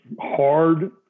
hard